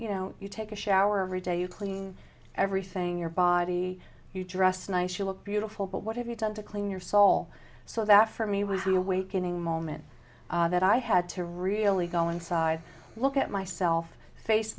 you know you take a shower every day you clean everything your body you dress nice you look beautiful but what have you done to clean your soul so that for me was the awakening moment that i had to really go inside look at myself face